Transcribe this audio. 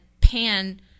pan